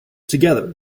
together